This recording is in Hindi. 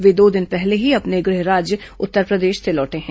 वे दो दिन पहले ही अपने गृह राज्य उत्तरप्रदेश से लौटे हैं